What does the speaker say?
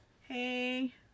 Hey